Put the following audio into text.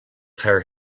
tear